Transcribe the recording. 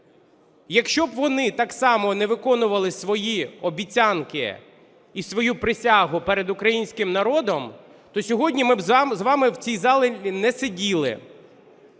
Якщо б вони так само не виконували свої обіцянки і свою присягу перед українським народом, то сьогодні ми з вами б в цій залі не сиділи.